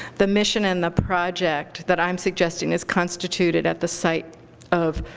the mission and the project that i'm suggesting is constituted at the site of